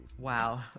Wow